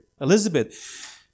Elizabeth